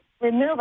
remove